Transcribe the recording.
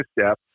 step